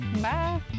Bye